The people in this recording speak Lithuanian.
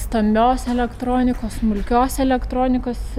stambios elektronikos smulkios elektronikos